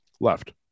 left